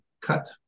cut